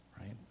right